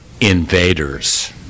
invaders